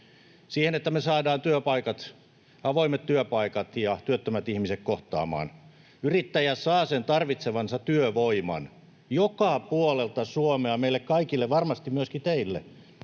siihen, että me saadaan työpaikat, avoimet työpaikat ja työttömät ihmiset kohtaamaan, että yrittäjä saa sen tarvitsemansa työvoiman joka puolelta Suomea. Meille kaikille, varmasti myöskin teille,